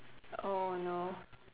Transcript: oh no